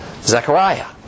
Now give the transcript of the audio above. Zechariah